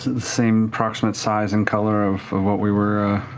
the same approximate size and color of what we were